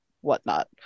whatnot